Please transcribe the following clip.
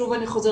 שוב אני חוזרת,